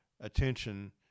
attention